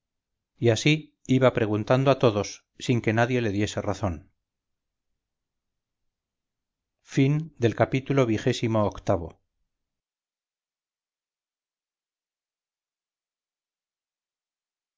y así iba preguntando a todos sin que nadie le diese razón ii